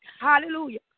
Hallelujah